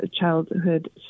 childhood